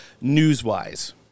news-wise